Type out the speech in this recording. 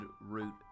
root